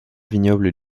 vignobles